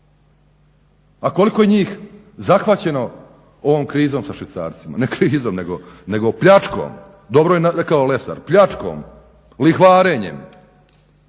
A koliko je njih zahvaćeno ovom krizom sa švicarcima, ne krizom nego pljačkom? Dobro je rekao Lesar, pljačkom, lihvarenjem,